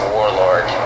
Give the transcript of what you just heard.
Warlord